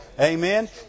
Amen